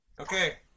Okay